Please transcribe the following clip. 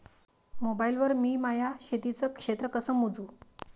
Mobile वर मी माया शेतीचं क्षेत्र कस मोजू?